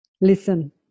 Listen